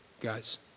guys